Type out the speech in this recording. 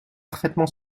parfaitement